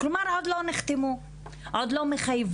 כלומר עוד לא נחתמו וההוראות האלה עוד לא מחייבות.